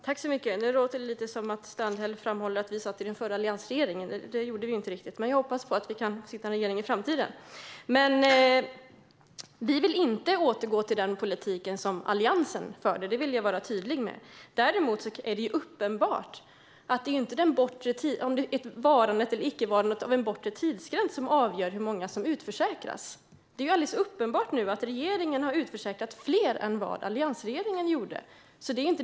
Fru talman! Nu låter det som om Strandhäll menar att vi satt i alliansregeringen. Det gjorde vi inte. Men jag hoppas att vi kan få sitta i en regering i framtiden. Vi vill inte återgå till den politik som Alliansen förde. Det vill jag vara tydlig med. Däremot är det uppenbart att det inte är en bortre tidsgräns vara eller icke vara som avgör hur många som utförsäkras. Det är alldeles uppenbart att regeringen har utförsäkrat fler än alliansregeringen gjorde.